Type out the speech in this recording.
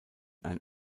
ein